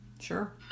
Sure